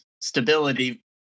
Stability